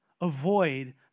avoid